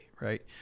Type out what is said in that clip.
right